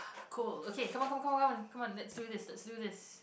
cool okay come on come on come on come on come on let's do this let's do this